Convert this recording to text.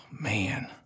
man